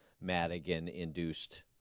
Madigan-induced